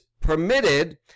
permitted